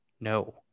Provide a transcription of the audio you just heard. no